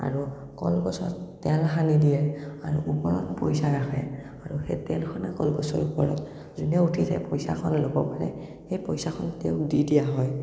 আৰু কলগছত তেল সানি দিয়ে আৰু ওপৰত পইচা ৰাখে আৰু সেই তেল সনা কলগছৰ ওপৰত যোনে উঠি যায় পইচাখন ল'ব পাৰে সেই পইচাখন তেওঁক দি দিয়া হয়